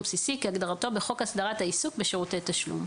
בסיסי כהגדרתו בחוק הסדרת העיסוק בשירותי תשלום".